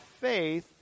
faith